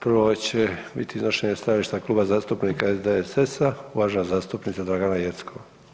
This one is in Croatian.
Prvo će bit iznošenje stajališta Kluba zastupnika SDSS-a, uvažena zastupnica Dragana Jeckov.